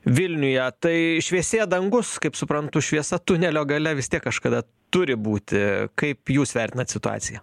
vilniuje tai šviesėja dangus kaip suprantu šviesa tunelio gale vis tiek kažkada turi būti kaip jūs vertinat situaciją